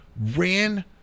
ran